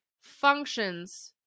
functions